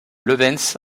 levens